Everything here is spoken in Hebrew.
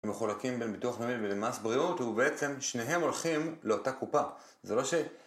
ומחולקים בין ביטוח לאומי ובין מס בריאות, ובעצם שניהם הולכים לאותה קופה. זה לא ש...